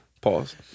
Pause